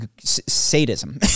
sadism